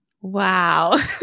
Wow